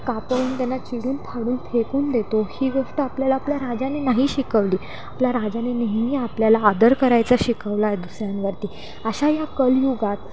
कापुन त्यांना चिरुन फाडून फेकून देतो ही गोष्ट आपल्याला आपल्या राजाने नाही शिकवली आपल्या राजाने नेहमी आपल्याला आदर करायचा शिकवलाय दुसऱ्यांवरती अशा या कलयुगात